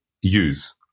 use